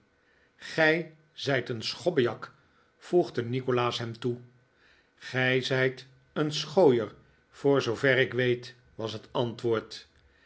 gij zijt een schobbejak voegde nikolaas hem toe gij zijt een schooier voor zoover ik weet was het antwoord